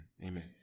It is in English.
Amen